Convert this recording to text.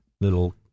little